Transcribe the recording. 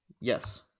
Yes